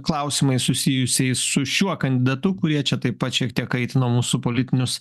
klausimais susijusiais su šiuo kandidatu kurie čia taip pat šiek tiek kaitino mūsų politinius